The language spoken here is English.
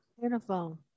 Beautiful